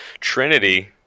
Trinity